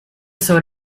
sold